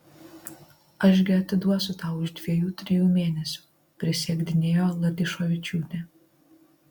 aš gi atiduosiu tau už dviejų trijų mėnesių prisiekdinėjo latyšovičiūtė